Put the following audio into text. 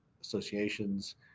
associations